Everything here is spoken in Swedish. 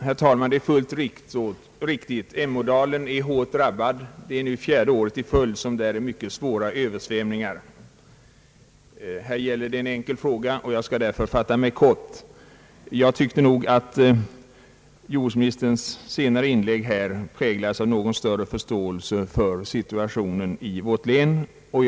Herr talman! Det är fullt riktigt: Emådalen är hårt drabbad. Det är i år fjärde året i följd som det är svåra översvämningar där. Här gäller det i dag en enkel fråga, och jag måste därför fatta mig kort. Jordbruksministerns senaste inlägg präglas enligt min mening av en något större förståelse för situationen i vårt län än hans första anförande.